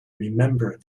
remember